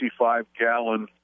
55-gallon